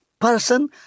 person